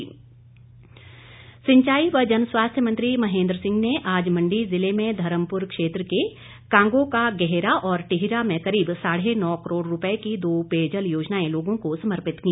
महेन्द्र सिंह सिंचाई व जनस्वास्थ्य मंत्री महेन्द्र सिंह ने आज मण्डी जिले में धर्मपुर क्षेत्र के कांगो का गेहरा और टिहरा में करीब साढ़े नौ करोड़ रूपए की दो पेयजल योजनाएं लोगों को समर्पित की